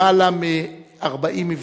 למעלה מ-40 מפגשים,